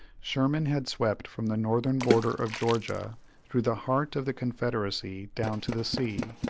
sherman had swept from the northern border of georgia through the heart of the confederacy down to the sea,